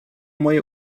moje